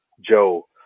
Joe